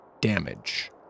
damage